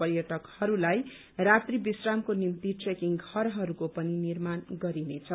पर्यटकहरूलाई रात्री विश्रामको निम्ति ट्रेकिंग घरहरूको पनि निर्माण गरिनेछ